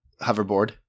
hoverboard